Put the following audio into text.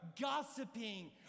gossiping